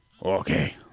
okay